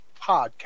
podcast